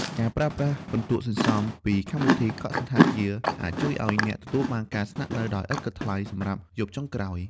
ការប្រើប្រាស់ពិន្ទុសន្សំ ពីកម្មវិធីកក់សណ្ឋាគារ អាចជួយឱ្យអ្នកទទួលបានការស្នាក់នៅដោយឥតគិតថ្លៃសម្រាប់យប់ចុងក្រោយ។